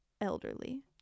elderly